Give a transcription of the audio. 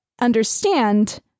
understand